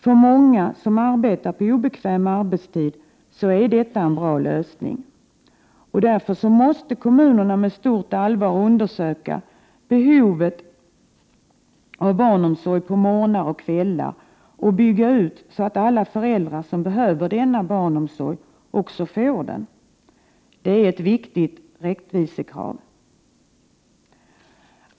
För många som arbetar på obekväm arbetstid är detta en bra lösning. Därför måste kommunerna undersöka behovet av barnomsorg på morgnar och kvällar och bygga ut barnomsorgen så att alla föräldrar som behöver denna barnomsorg också får den. Det är ett viktigt rättvisekrav!